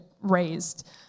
raised